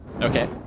Okay